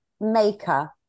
maker